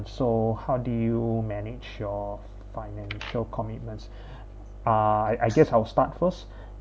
so how do you manage your finance your commitments uh I guess I'll start first